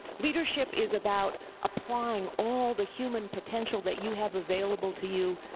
leadership is about applying all the human potential that you have available to you